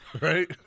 Right